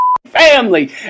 Family